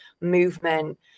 movement